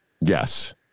Yes